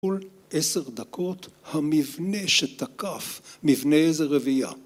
כל עשר דקות המבנה שתקף מבנה איזה רביעייה